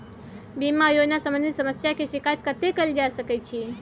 बीमा योजना सम्बंधित समस्या के शिकायत कत्ते कैल जा सकै छी?